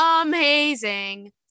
amazing